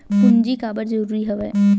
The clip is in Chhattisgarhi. पूंजी काबर जरूरी हवय?